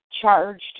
charged